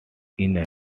inner